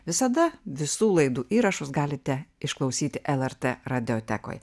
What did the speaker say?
visada visų laidų įrašus galite išklausyti lrt radiotekoje